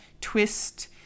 twist